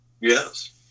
Yes